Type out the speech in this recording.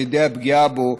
על ידי הפגיעה בו,